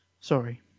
Sorry